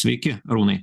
sveiki arūnai